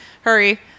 hurry